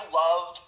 love